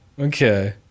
Okay